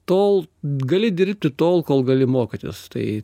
tol gali dirbti tol kol gali mokytis tai